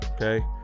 Okay